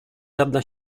żadna